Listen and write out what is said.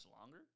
longer